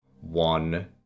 one